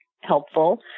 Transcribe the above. helpful